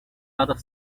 other